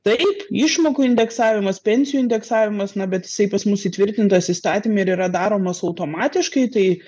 taip išmokų indeksavimas pensijų indeksavimas na bet jisai pas mus įtvirtintas įstatyme ir yra daromos automatiškai tai